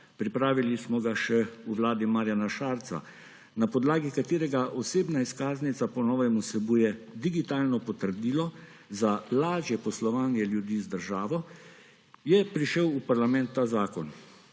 pripravili smo ga še v vladi Marjana Šarca –, na podlagi katerega osebna izkaznica po novem vsebuje digitalno potrdilo za lažje poslovanje ljudi z državo, je prišel v parlament ta zakon,